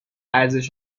ارزش